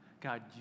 God